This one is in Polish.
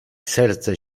serce